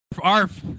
Arf